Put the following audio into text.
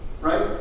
right